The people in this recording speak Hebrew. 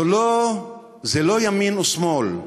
זה לא ימין ושמאל,